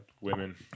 Women